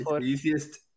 Easiest